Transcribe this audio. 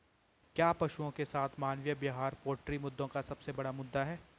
क्या पशुओं के साथ मानवीय व्यवहार पोल्ट्री मुद्दों का सबसे बड़ा मुद्दा है?